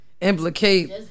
Implicate